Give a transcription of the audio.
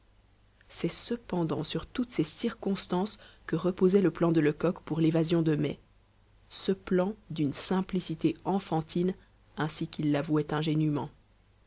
c'est cependant sur toutes ces circonstances que reposait le plan de lecoq pour l'évasion de mai ce plan d'une simplicité enfantine ainsi qu'il l'avouait